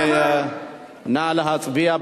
נא להצביע.